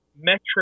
metric